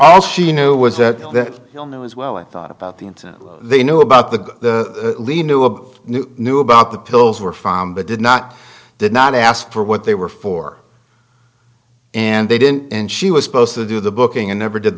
all she knew was that we all know as well i thought about the incident they knew about the lead to a new knew about the pills were found but did not did not ask for what they were for and they didn't and she was supposed to do the booking and never did